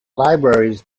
libraries